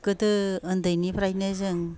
गोदो ओन्दैनिफ्रायनो जों